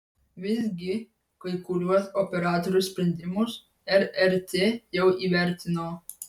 visgi kai kuriuos operatorių sprendimus rrt jau įvertino